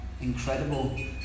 incredible